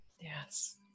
Yes